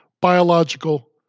biological